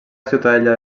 ciutadella